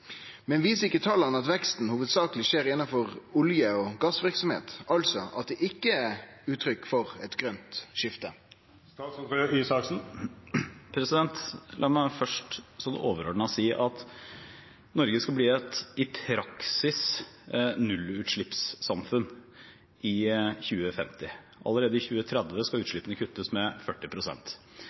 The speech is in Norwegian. Men viser ikke tallene at veksten hovedsakelig skjer innen olje- og gassvirksomhet, altså at det ikke er uttrykk for et grønt skifte?» La meg først overordnet si at Norge skal bli et, i praksis, nullutslippssamfunn i 2050. Allerede i 2030 skal utslippene kuttes med